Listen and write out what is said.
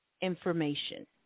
information